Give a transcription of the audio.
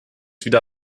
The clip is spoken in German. wieder